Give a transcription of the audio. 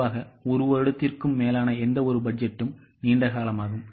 பொதுவாக ஒரு வருடத்திற்கும் மேலான எந்தவொரு பட்ஜெட்டும் நீண்ட காலமாகும்